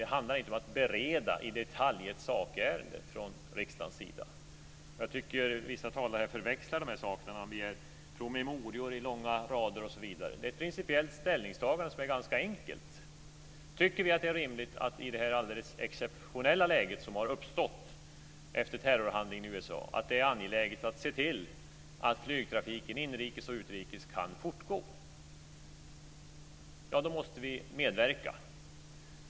Det handlar inte om att från riksdagens sida i detalj bereda ett sakärende. Vissa talare förväxlar de här sakerna när man begär promemorior i långa rader osv. Det är ett principiellt ställningstagande, som är ganska enkelt. Tycker vi, i det alldeles exceptionella läge som har uppstått efter terrorhandlingarna i USA, att det är angeläget att se till att flygtrafiken inrikes och utrikes kan fortgå måste vi medverka.